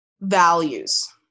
values